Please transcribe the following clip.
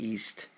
East